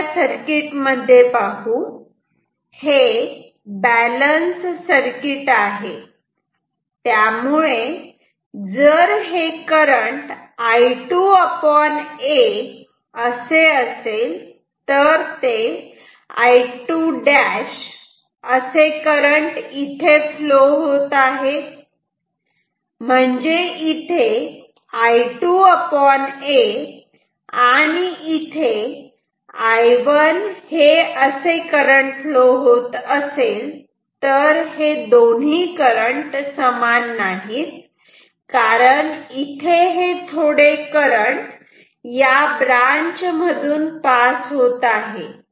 आपण या सर्किटमध्ये पाहू हे बॅलन्स सर्किट आहे त्यामुळे जर हे करंट I2a असे असेल तर ते I2' असे करंट इथे फ्लो होत आहे म्हणजे इथे I2a आणि इथे I1 हे असे करंट फ्लो होत असेल तर हे दोन्ही करंट समान नाहीत कारण इथे हे थोडे करंट या ब्रांच मधून पास होत आहे